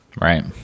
right